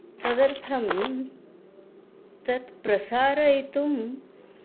तदर्थं तत् प्रसारयितुं